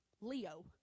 Leo